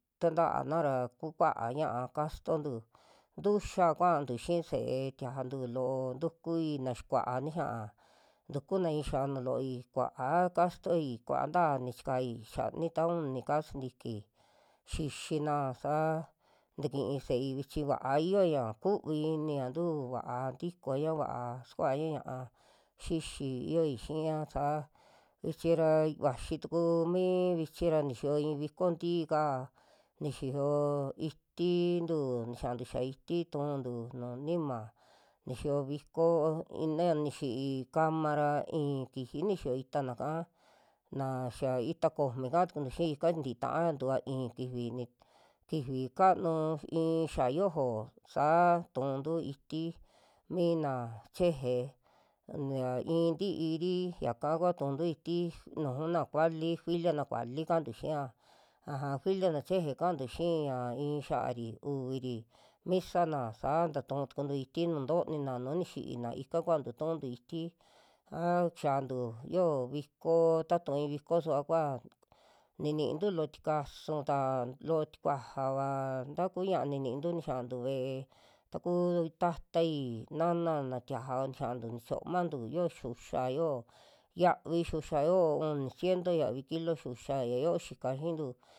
Tantaana ra kukaa ña'a kastontu tuya kuantu xii se'e tiajantu loo ntukui na xikua nixia, tukuna i'i xianu looi, kua'a kastoi kuanta ni chikai xani ta uni ka'a sintiki, xixina saa takii se'ei vichi va'a yioña kuvi iniñantu vaa ntikoña, vaa sukuaña ña'a xixi yioi xiña sa, vichi ra vaxi tuku mi vichi ra nixiyo i'i viko ntii'ka, ni xiyo iitintu nixiantu xaa iti tu'untu nuju nima, nixiyo viko ina nixii kama ra i'in kixi nixiyo itana'ka naxa ita komi ka'a tukuntu xii ika tiaya tuva i'in kifi ni kifi kanu i'i xia yojo saa tu'untu iti mina cheje ya i'i ntiiri yaka kua tu'untu iti nuju na kuali filia na vali kantu xia aja filia na cheje ka'antu xii ya i'i xiaari, uvi'ri misana saa tuu tukuntu iti nuu ntonina nu nixina ika kuantu tu'untu iti aa kixinatu yo'o viko ta itu viko suva kua ninintu loo tikasuta loo tikuajava taku ña'a ninintu nixantu ve'e taku tatai, nana na tiaja nixiantu nichiomantu yoo xiuxia yoo, yavi xuxa yo'o uni ciento yavi kilo xiuxia ya yoo xika xiintu.